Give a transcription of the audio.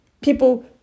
people